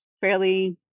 fairly